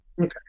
Okay